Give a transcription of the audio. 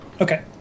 Okay